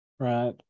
Right